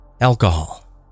alcohol